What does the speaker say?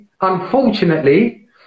unfortunately